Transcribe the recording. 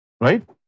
Right